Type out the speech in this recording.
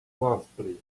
monastery